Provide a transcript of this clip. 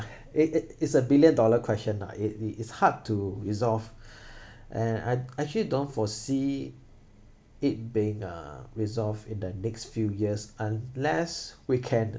it it is a billion dollar question ah it it's hard to resolve and I actually don't foresee it being uh resolve in the next few years unless we can